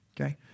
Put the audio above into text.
okay